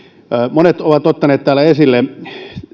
monet ovat ottaneet täällä esille